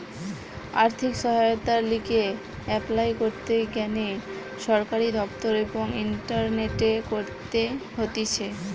আর্থিক সহায়তার লিগে এপলাই করতে গ্যানে সরকারি দপ্তর এবং ইন্টারনেটে করতে হতিছে